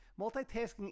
Multitasking